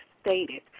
stated